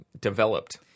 developed